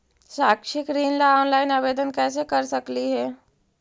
शैक्षिक ऋण ला ऑनलाइन आवेदन कैसे कर सकली हे?